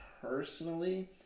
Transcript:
personally